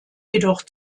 jedoch